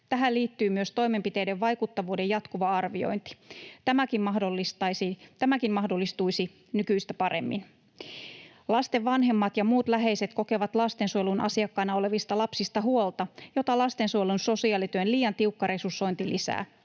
Tähän liittyy myös toimenpiteiden vaikuttavuuden jatkuva arviointi. Tämäkin mahdollistuisi nykyistä paremmin. Lasten vanhemmat ja muut läheiset kokevat lastensuojelun asiakkaina olevista lapsista huolta, jota lastensuojelun sosiaalityön liian tiukka resursointi lisää.